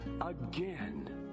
again